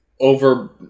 over